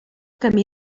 camí